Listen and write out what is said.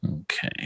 okay